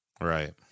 Right